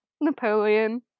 Napoleon